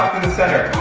in the center.